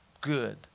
good